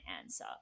answer